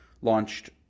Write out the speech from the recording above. launched